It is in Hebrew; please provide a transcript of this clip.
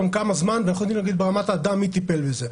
כמה זמן ואנחנו יודעים להגיד ברמת האדם מי טיפל בבקשה.